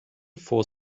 for